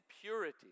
purity